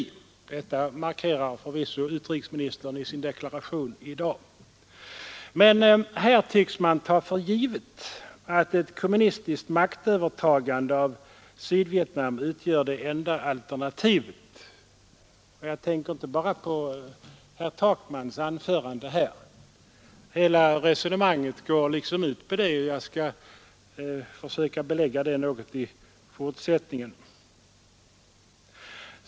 Detta noterade förvisso utrikesministern i sin deklaration i dag. Men här tycks man ta för givet att ett kommunistiskt maktövertagande i Sydvietnam utgör det enda alternativet. Jag tänker inte bara på herr Takmans anförande här — bakom hela debatten ligger den uppfattningen, och jag skall försöka att belägga påståendet något i fortsättningen.